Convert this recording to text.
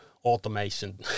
automation